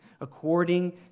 according